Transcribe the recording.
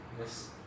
yes